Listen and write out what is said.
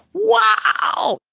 wow!